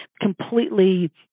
completely